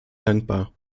dankbar